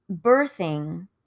birthing